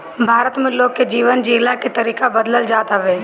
भारत में लोग के जीवन जियला के तरीका बदलत जात हवे